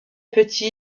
petit